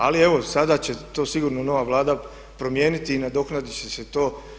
Ali evo sada će to sigurno nova Vlada promijeniti i nadoknaditi će se to.